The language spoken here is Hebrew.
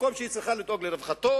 במקום שהיא צריכה לדאוג לרווחתו,